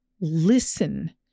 listen